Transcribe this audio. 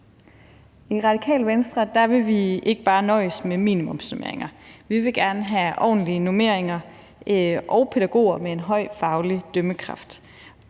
I Radikale Venstre vil vi ikke bare nøjes med minimumsnormeringer. Vi vil gerne have ordentlige normeringer og pædagoger med en høj faglig dømmekraft.